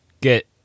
get